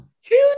huge